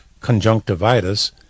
conjunctivitis